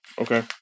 Okay